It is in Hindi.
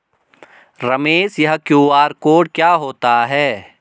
रमेश यह क्यू.आर कोड क्या होता है?